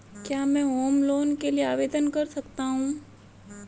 क्या मैं home loan के लिए आवेदन कर सकता हूं?